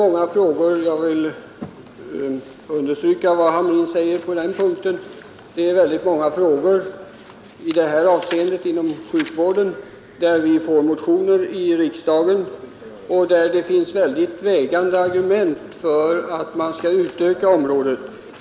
Jag vill understryka vad herr Hamrin säger, nämligen att det förekommer väldigt många frågor i detta avseende inom sjukvården, där vi får motioner i riksdagen och där det finns mycket vägande argument för att man skall utöka prioriteringsområdet.